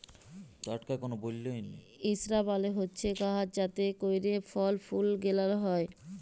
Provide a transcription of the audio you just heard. ইসরাব মালে হছে গাহাচ যাতে ক্যইরে ফল ফুল গেলাল হ্যয়